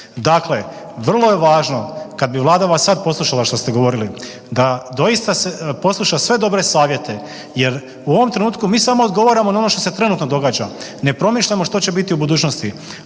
Dakle, vrlo je važno kad bi Vlada vas sad poslušala što ste govorili, da doista posluša sve dobre savjete jer u ovom trenutku mi samo odgovaramo na ono što se trenutno događa. Ne promišljamo što će biti u budućnosti,